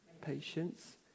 patience